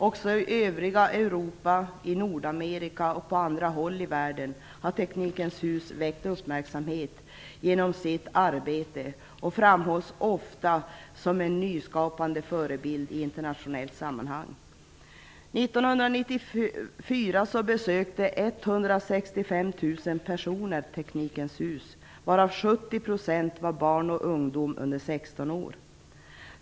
Också i övriga Europa, i Nordamerika och på andra håll i världen har Teknikens hus väckt uppmärksamhet genom sitt arbete. Det framhålls ofta som en nyskapande förebild i internationella sammanhang. 1994 besökte 165 000 personer Teknikens hus, varav 70 % var barn och ungdomar under 16 år.